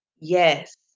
yes